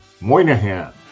Moynihan